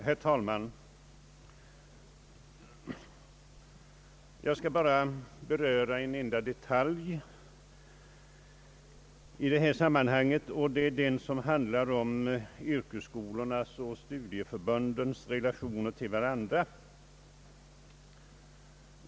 Herr talman! Jag skall beröra en enda detalj i det här sammanhanget, nämligen den som handlar om yrkesskolornas och studieförbundens relationer till varandra.